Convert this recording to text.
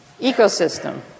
Ecosystem